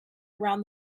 around